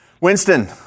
Winston